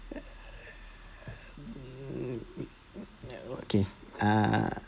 okay uh